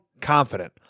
confident